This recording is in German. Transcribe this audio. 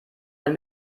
ein